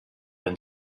been